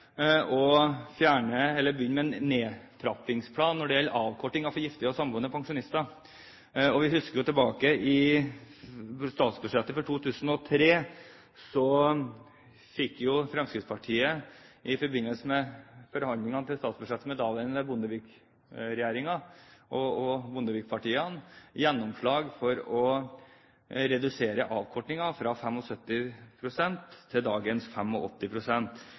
å begynne med en nedtrappingsplan når det gjelder avkortinger for gifte og samboende pensjonister. Vi husker tilbake til statsbudsjettet for 2003, da Fremskrittspartiet i forbindelse med forhandlingene om statsbudsjettet med den daværende Bondevik-regjeringen, og Bondevik-partiene, fikk gjennomslag for å redusere avkortningen fra 75 pst. til dagens